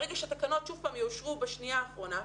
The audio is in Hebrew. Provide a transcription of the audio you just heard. ברגע שהתקנות שוב יאושרו בשנייה האחרונה,